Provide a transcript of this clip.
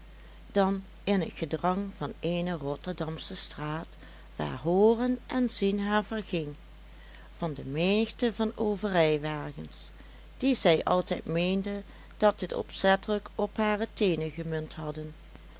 dan in het gedrang van eene rotterdamsche straat waar hooren en zien haar verging van de menigte van verrijwagens die zij altijd meende dat het opzettelijk op hare teenen gemunt hadden